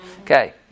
Okay